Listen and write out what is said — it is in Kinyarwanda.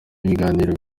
ibiganiro